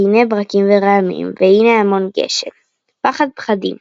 והנה ברקים ורעמים, והנה המון גשם – פחד-פחדים!